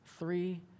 three